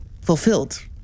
fulfilled